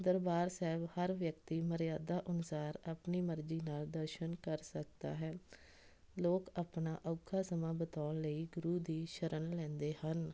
ਦਰਬਾਰ ਸਾਹਿਬ ਹਰ ਵਿਅਕਤੀ ਮਰਿਆਦਾ ਅਨੁਸਾਰ ਆਪਣੀ ਮਰਜ਼ੀ ਨਾਲ ਦਰਸ਼ਨ ਕਰ ਸਕਦਾ ਹੈ ਲੋਕ ਆਪਣਾ ਔਖਾ ਸਮਾਂ ਬਿਤਾਉਣ ਲਈ ਗੁਰੂ ਦੀ ਸ਼ਰਨ ਲੈਂਦੇ ਹਨ